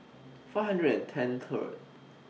five hundred and ten Third